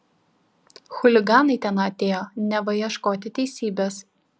chuliganai ten atėjo neva ieškoti teisybės